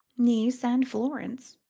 nice and florence,